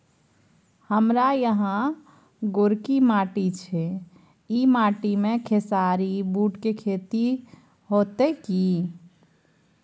हमारा यहाँ गोरकी माटी छै ई माटी में खेसारी, बूट के खेती हौते की?